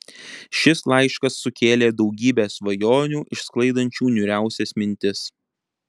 šis laiškas sukėlė daugybę svajonių išsklaidančių niūriausias mintis